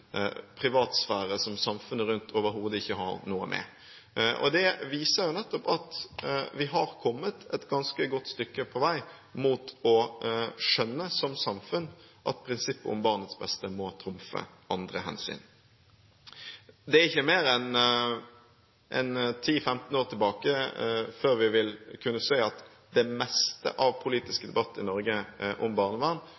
samfunnet rundt overhodet ikke har noe med. Det viser nettopp at vi som samfunn har kommet et ganske godt stykke på vei mot å skjønne at prinsippet om barnets beste må trumfe andre hensyn. Det er ikke mer enn 10–15 år siden vi så at det meste av